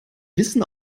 wissen